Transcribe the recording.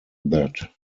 that